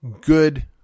good